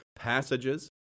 passages